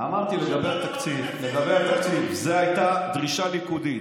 אמרתי לגבי התקציב: זאת הייתה דרישה ליכודית,